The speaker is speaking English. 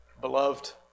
beloved